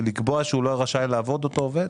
לקבוע שהוא לא רשאי לעבוד אותו עובד?